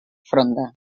fronda